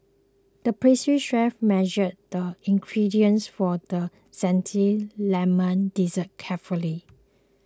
the pastry chef measured the ingredients for the Zesty Lemon Dessert carefully